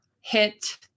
hit